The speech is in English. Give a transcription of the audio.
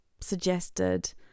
suggested